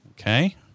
Okay